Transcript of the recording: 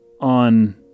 on